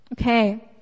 Okay